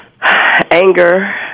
anger